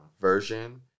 version